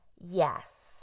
yes